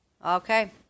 Okay